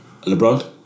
LeBron